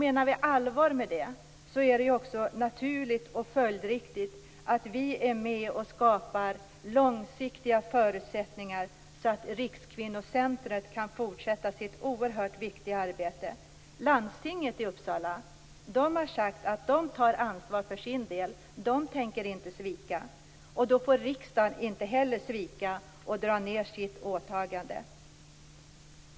Menar vi allvar med det är det också naturligt och följdriktigt att vi är med och skapar långsiktiga förutsättningar så att Rikskvinnocentrum kan fortsätta sitt oerhört viktiga arbete. Landstinget i Uppsala har sagt att man tar ansvar för sin del. De tänker inte svika. Då får riksdagen inte heller svika och dra ned sitt åtagande.